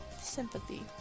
Sympathy